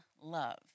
love